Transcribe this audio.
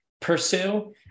pursue